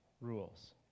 rules